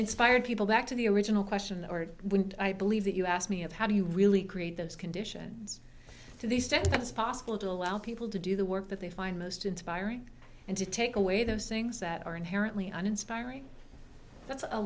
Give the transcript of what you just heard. inspired people back to the original question or when i believe that you asked me of how do you really create those conditions to these steps that it's possible to allow people to do the work that they find most inspiring and to take away those things that are inherently an inspiring that's a